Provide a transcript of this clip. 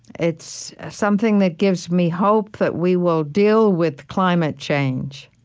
it's something that gives me hope that we will deal with climate change.